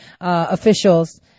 officials